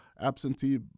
absentee